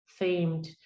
themed